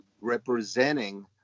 representing